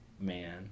man